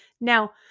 Now